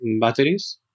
batteries